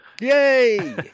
Yay